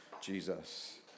Jesus